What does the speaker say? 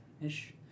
ish